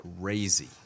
Crazy